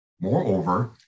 Moreover